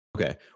Okay